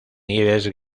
nieves